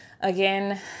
Again